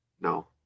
no